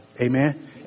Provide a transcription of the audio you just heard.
Amen